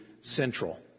central